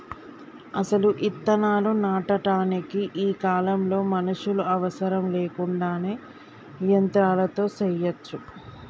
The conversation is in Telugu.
అసలు ఇత్తనాలు నాటటానికి ఈ కాలంలో మనుషులు అవసరం లేకుండానే యంత్రాలతో సెయ్యచ్చు